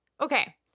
okay